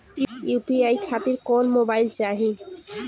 UPI खातिर कौन mobile चाहीं?